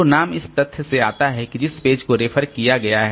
तो नाम इस तथ्य से आता है कि जिस पेज को रेफर किया गया है